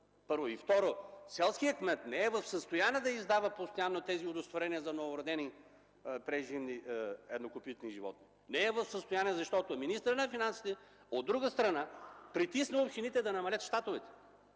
първо! Второ, селският кмет не е в състояние да издава постоянно тези удостоверения за новородени преживни еднокопитни животни. Не е в състояние, защото министърът на финансите притисна общините да намалят щатовете.